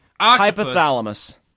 Hypothalamus